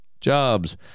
Jobs